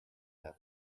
have